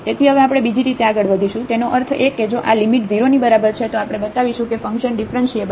તેથી હવે આપણે બીજી રીતે આગળ વધીશું તેનો અર્થ એ કે જો આ લિમિટ 0 ની બરાબર છે તો આપણે બતાવીશું કે ફંક્શન ડિફરન્ટિએબલ છે